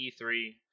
E3